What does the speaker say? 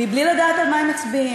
בלי לדעת על מה הם מצביעים.